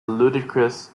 ludicrous